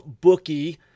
bookie